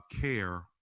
care